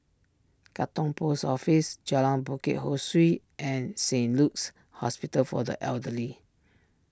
Katong Post Office Jalan Bukit Ho Swee and Saint Luke's Hospital for the Elderly